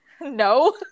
No